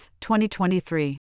2023